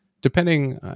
depending